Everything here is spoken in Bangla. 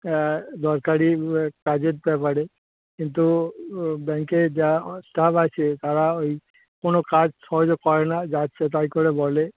দরকারি কাজের ব্যাপারে কিন্তু ব্যাংকের যা স্টাফ আছে তারা ওই কোনো কাজ সহজ করে না যাচ্ছে তাই করে বলে